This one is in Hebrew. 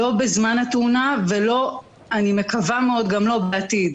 לא בזמן התאונה ואני מקווה מאוד שגם לא בעתיד.